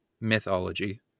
Mythology